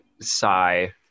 sigh